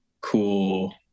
cool